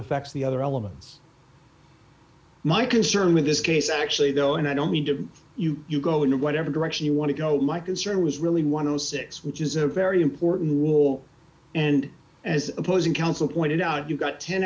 affects the other elements my concern with this case actually though and i don't mean to you you go into whatever direction you want to go my concern was really one of the six which is a very important role and as opposing counsel pointed out you've got ten